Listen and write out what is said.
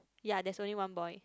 yea there's only one boy